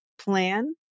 plan